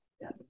Yes